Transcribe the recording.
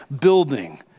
building